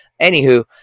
anywho